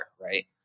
right